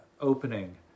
opening